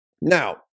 Now